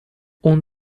اون